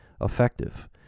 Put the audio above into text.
effective